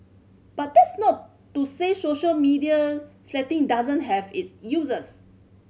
but that's not to say social media doesn't have its uses